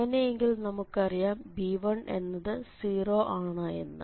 അങ്ങനെയെങ്കിൽ നമുക്കറിയാം b1എന്നത് 0 ആണ് എന്ന്